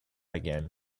again